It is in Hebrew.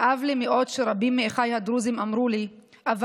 כאב לי מאוד שרבים מאחיי הדרוזים אמרו לי: אבל